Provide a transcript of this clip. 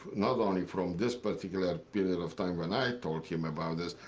not only from this particular period of time when i told him about this,